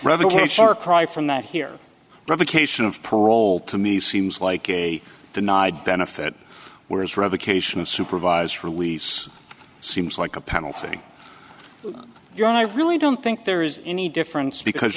or cry from that here revocation of parole to me seems like a denied benefit whereas revocation of supervised release seems like a penalty you're on i really don't think there is any difference because